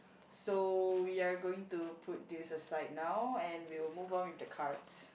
so we are going to put this aside now and we will move on with the cards